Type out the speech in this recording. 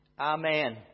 Amen